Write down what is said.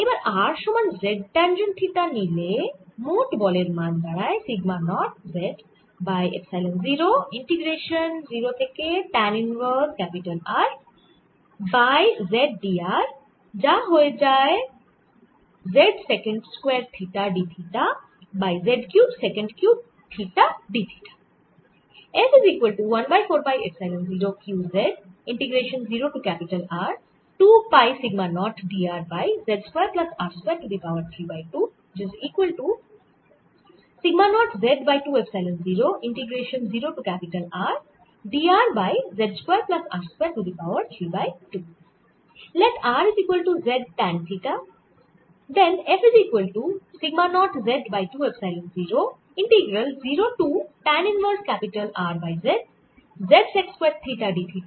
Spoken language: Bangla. এবার r সমান z ট্যাঞ্জেন্ট থিটা নিলে মোট বলের মান দাঁড়ায় sigma nought z by epsilon 0 integration 0 থেকে tan inverse capital R by z d r যা হয়ে যায় z secant square theta d theta by z cube secant cube theta d theta